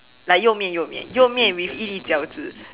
like you-mian you-mian you-mian with 一粒饺子